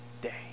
day